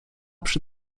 przy